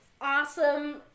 awesome